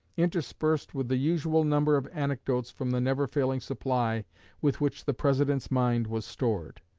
interspersed with the usual number of anecdotes from the never-failing supply with which the president's mind was stored.